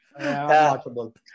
Unwatchable